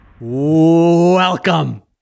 Welcome